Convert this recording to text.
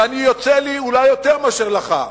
ויוצא לי, אולי יותר מאשר לך,